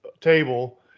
table